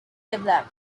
develop